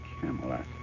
Camelot